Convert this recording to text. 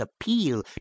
appeal